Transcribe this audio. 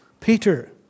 Peter